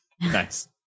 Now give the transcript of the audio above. Nice